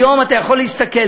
היום אתה יכול להסתכל,